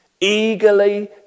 Eagerly